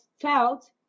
felt